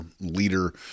leader